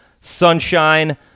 Sunshine